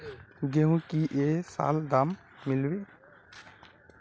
गेंहू की ये साल दाम मिलबे बे?